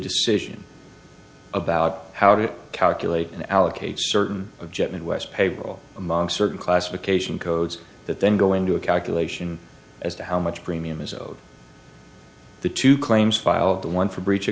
decision about how to calculate and allocate certain of jet midwest paypal among certain classification codes that then go into a calculation as to how much premium is owed the two claims filed the one for breach